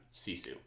Sisu